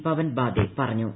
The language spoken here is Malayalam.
പവൻ ബാദ്ദെ പറഞ്ഞു